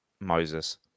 Moses